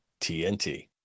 TNT